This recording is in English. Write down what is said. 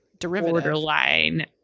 borderline